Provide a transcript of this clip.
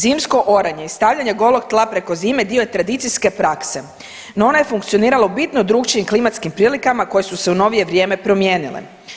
Zimsko oranje i stavljanje golog tla preko zime dio je tradicijske prakse, no ona je funkcionirala u bitno drukčijim klimatskim prilikama koje su se u novije vrijeme promijenile.